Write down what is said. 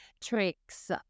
tricks